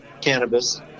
cannabis